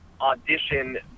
audition